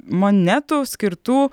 monetų skirtų